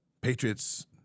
Patriots